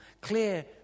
clear